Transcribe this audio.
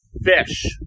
fish